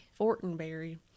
Fortenberry